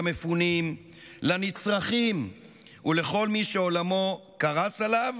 למפונים, לנצרכים ולכל מי שעולמו קרס עליו